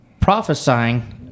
prophesying